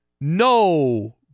No